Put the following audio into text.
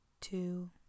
two